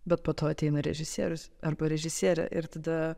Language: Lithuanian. bet po to ateina režisierius arba režisierė ir tada